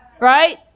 Right